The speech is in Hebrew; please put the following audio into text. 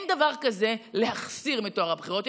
אין דבר כזה להחסיר מטוהר הבחירות,